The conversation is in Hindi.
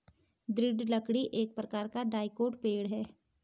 दृढ़ लकड़ी एक प्रकार का डाइकोट पेड़ है